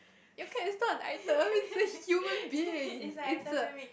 you can it's not an item is a human being it's a